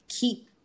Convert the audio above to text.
keep